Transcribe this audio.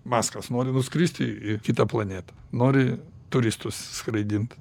maskas nori nuskristi į kitą planetą nori turistus skraidint